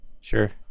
Sure